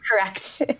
correct